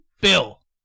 Bill